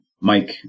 Mike